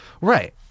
right